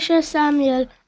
Samuel